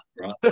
Right